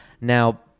Now